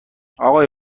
آقای